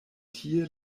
tie